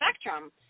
spectrum